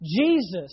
Jesus